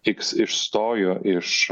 iks išstojo iš